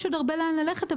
יש עוד הרבה לאן ללכת,